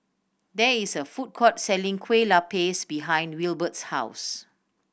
there is a food court selling Kueh Lapis behind Wilbert's house